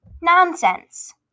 Nonsense